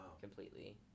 completely